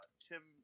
Tim